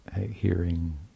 hearing